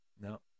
No